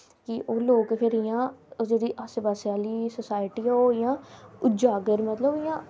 कि फिर ओह् लोक इयां जेह्ड़ी आस्से पास्से आ ह्ली सोसाईटी ऐ ओह् इयां उजागर इयां मतलव